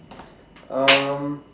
um